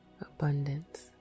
abundance